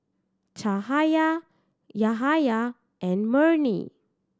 Cahaya Yahaya and Murni